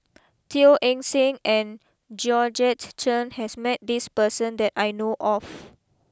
Teo Eng Seng and Georgette Chen has met this person that I know of